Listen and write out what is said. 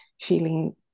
feeling